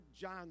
John